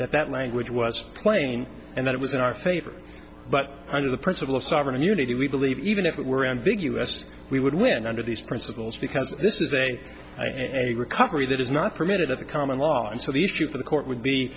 that that language was plain and that it was in our favor but under the principle of sovereign immunity we believe even if it were ambiguous we would win under these principles because this is a recovery that is not permitted of the common law and so the issue for the court would be